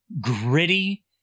gritty